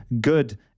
good